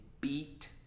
beat